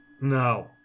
no